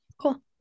Cool